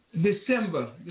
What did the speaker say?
December